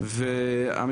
לא מובן מאליו.